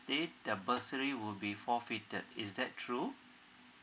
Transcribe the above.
date the bursary will be forfeited is that true